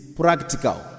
practical